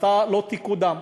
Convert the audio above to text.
אתה לא תקודם.